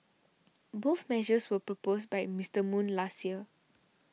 both measures were proposed by Mister Moon last year